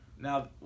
Now